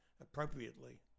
appropriately